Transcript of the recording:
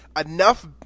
enough